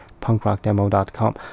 punkrockdemo.com